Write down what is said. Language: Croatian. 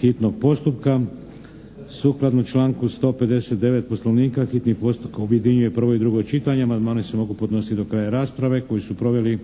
hitnog postupka. Sukladno članku 159. Poslovnika hitni postupak objedinjuje prvo i drugo čitanje. Amandmani se mogu podnositi do kraja rasprave koju su proveli